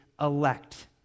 elect